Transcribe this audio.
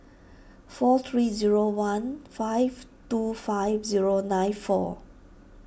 four three zero one five two five zero nine four